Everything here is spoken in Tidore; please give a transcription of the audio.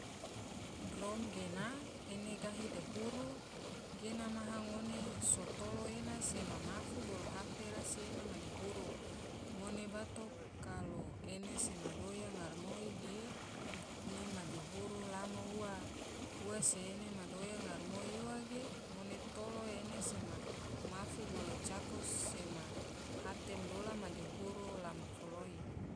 Drom gena ene gahi duhuru gena maha ngone so tolo ena sema mafu bolo hate rasi ena ma duhuru, ngone bato kalo ene sema doya ngaramoi ge ena ma duhuru lamo ua, ua se ena madoya ngaramoi ua ge ngone tolo ene sama mafu bolo cako sema hate madola madihuru lamo foloi.